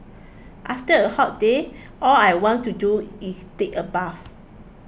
after a hot day all I want to do is take a bath